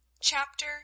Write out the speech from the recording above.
Chapter